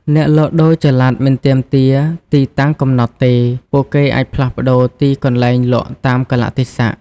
អ្នកលក់ដូរចល័តមិនទាមទារទីតាំងកំណត់ទេ ពួកគេអាចផ្លាស់ប្តូរទីកន្លែងលក់តាមកាលៈទេសៈ។